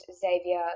Xavier